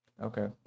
Okay